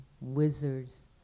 wizards